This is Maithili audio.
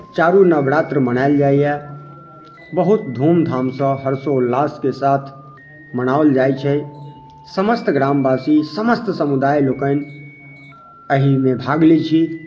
चारू नवरात्र मनायल जाइए बहुत धूमधामसँ हर्षोल्लासके साथ मनाओल जाइत छै समस्त ग्रामवासी समस्त समुदाय लोकनि एहिमे भाग लैत छी